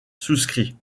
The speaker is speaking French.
souscrit